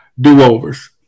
do-overs